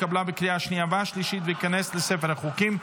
התקבלה בקריאה השנייה והשלישית ותיכנס לספר החוקים.